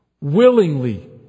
Willingly